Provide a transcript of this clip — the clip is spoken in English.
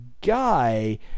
guy